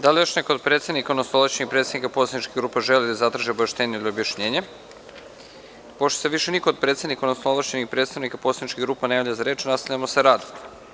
Da li još neko od predsednika, odnosno ovlašćenih predstavnika poslaničkih grupa, želi da zatraži obaveštenje ili objašnjenje? (Ne) Pošto se više niko od predsednika, odnosno ovlašćenih predstavnika poslaničkih grupa ne javlja za reč, nastavljamo sa radom.